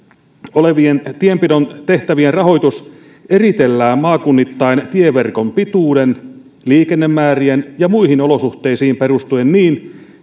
olevien tienpidon tehtävien rahoitus eritellään maakunnittain tieverkon pituuteen liikennemääriin ja muihin olosuhteisiin perustuen niin